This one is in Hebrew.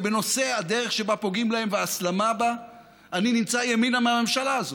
ובנושא הדרך שבה פוגעים בהם וההסלמה בה אני נמצא ימינה מן הממשלה הזאת.